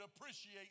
appreciate